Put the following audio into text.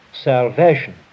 salvation